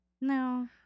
no